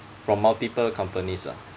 from multiple companies lah